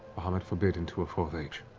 bahamut forbid, into a fourth age.